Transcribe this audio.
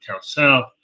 South